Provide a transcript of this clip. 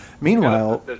Meanwhile